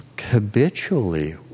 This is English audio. habitually